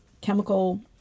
chemical